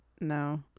No